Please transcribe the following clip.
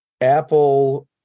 Apple